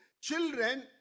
children